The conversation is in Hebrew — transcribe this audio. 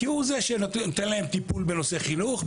כי הוא זה שנותן להם טיפול בנושא חינוך,